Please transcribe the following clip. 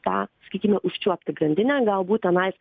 tą sakykime užčiuopti grandinę galbūt tenais